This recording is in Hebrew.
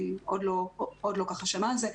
עוד לא שמע על זה,